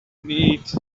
need